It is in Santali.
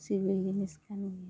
ᱥᱤᱵᱤᱞ ᱡᱤᱱᱤᱥ ᱠᱟᱱ ᱜᱤᱭᱟ